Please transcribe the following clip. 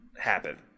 happen